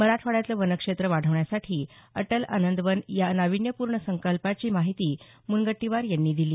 मराठवाड्यातलं वनक्षेत्र वाढवण्यासाठी अटल आनंदवन या नाविन्यपूर्ण संकल्पाची माहिती मुनगंटीवार यांनी दिली